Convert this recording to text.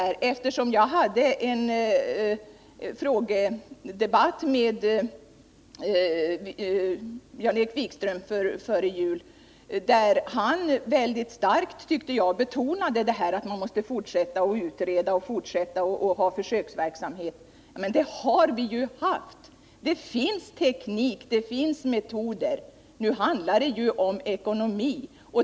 Före jul hade jag nämligen er frågedebatt med Jan-Erik Wikström, där han tyckte att jag väldigt starkt betonade angelägenheten av att fortsätta att utreda och att bedriva försöksverksamhet. Ja, men så har det ju varit. Det finns teknik och det finns metoder. Nu handlar det om ekonomi.